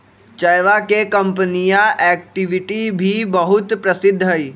चयवा के कंपनीया एक्टिविटी भी बहुत प्रसिद्ध हई